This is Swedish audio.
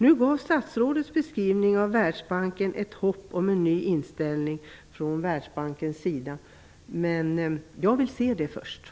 Nu gav statsrådets beskrivning av Världsbanken ett hopp om en ny inställning från Världsbankens sida, men den vill jag först se.